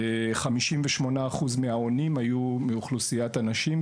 כש-58% מהעונים היו מאוכלוסיית הנשים.